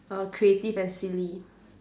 err creative and silly